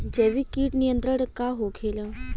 जैविक कीट नियंत्रण का होखेला?